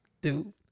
Dude